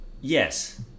Yes